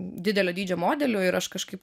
didelio dydžio modelių ir aš kažkaip tai